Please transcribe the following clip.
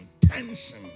tension